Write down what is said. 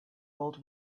old